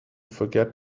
forget